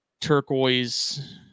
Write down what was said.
turquoise